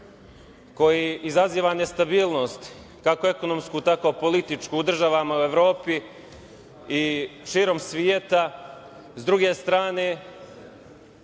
koji izaziva nestabilnost kako ekonomsku tako političku u državama u Evropi i širom sveta, s druge strane,